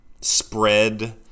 spread